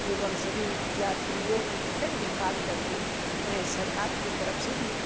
एवं सभी यात्रियो की टिकट भी काट करके उन्हें सरकार की तरफ से ही